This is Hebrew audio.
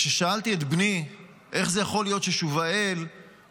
וכששאלתי את בני: איך זה יכול להיות ששובאל גויס,